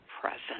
present